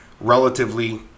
relatively